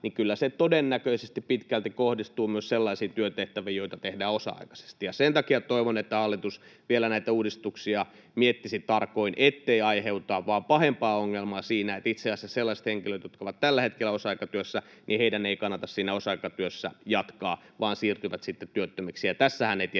niin kyllä se todennäköisesti pitkälti kohdistuu myös sellaisiin työtehtäviin, joita tehdään osa-aikaisesti. Sen takia toivon, että hallitus vielä näitä uudistuksia miettisi tarkoin, ettei siinä aiheuteta vaan pahempaa ongelmaa, niin että itse asiassa sellaisten henkilöiden, jotka ovat tällä hetkellä osa-aikatyössä, ei kannata siinä osa-aikatyössä jatkaa vaan he siirtyvät sitten työttömiksi. Tässähän ei tietenkään